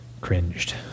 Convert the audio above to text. cringed